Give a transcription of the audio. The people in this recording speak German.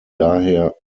daher